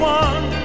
one